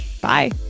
Bye